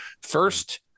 First